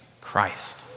Christ